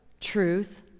truth